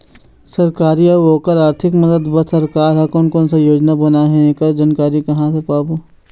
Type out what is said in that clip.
सरकारी अउ ओकर आरथिक मदद बार सरकार हा कोन कौन सा योजना बनाए हे ऐकर जानकारी कहां से पाबो?